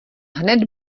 hned